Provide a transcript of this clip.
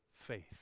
faith